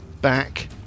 back